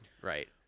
right